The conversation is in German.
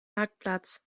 marktplatz